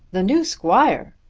the new squire!